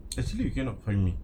actually you cannot find me